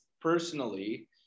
personally